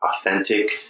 authentic